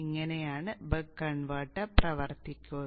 ഇങ്ങനെയാണ് buck converter പ്രവർത്തിക്കുക